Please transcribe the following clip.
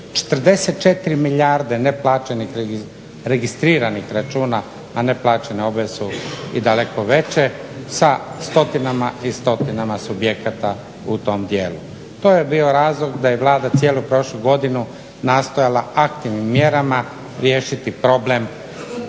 44 milijarde neplaćenih registriranih računa a neplaćene obveze su i daleko veće sa stotinama i stotinama subjekata u tom dijelu. To je bio razlog da je Vlada cijelu prošlu godinu nastojala aktivnim mjerama riješiti problem